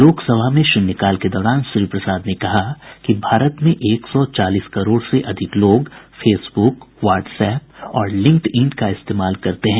लोकसभा में शून्यकाल के दौरान श्री प्रसाद ने कहा कि भारत में एक सौ चालीस करोड़ से ज्यादा लोग फेसबुक व्हाट्स एप और लिंक्ड इन का इस्तेमाल करते हैं